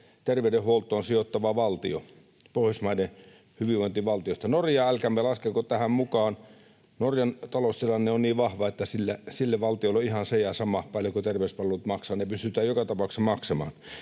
terveydenhuoltoon sijoittava valtio pohjoismaisista hyvinvointivaltioista. Norjaa älkäämme laskeko tähän mukaan. Norjan taloustilanne on niin vahva, että sille valtiolle on ihan se ja sama, paljonko terveyspalvelut maksavat. Ne pystytään joka tapauksessa maksamaan.